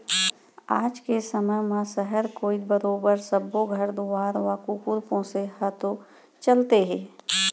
आज के समे म सहर कोइत बरोबर सब्बो घर दुवार म कुकुर पोसे ह तो चलते हे